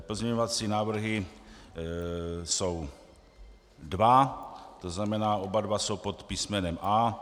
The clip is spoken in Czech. Pozměňovací návrhy jsou dva, to znamená oba dva jsou pod písmenem A.